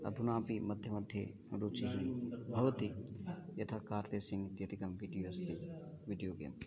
अधुनापि मध्ये मध्ये रुचिः भवति यथा कार् रेसिङ्ग् इत्यदिकमपि विडियो अस्ति विडियो गेम्